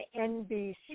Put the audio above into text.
NBC